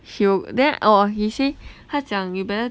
he will then I was he say 他讲 you better